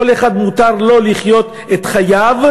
כל אחד מותר לו לחיות את חייו,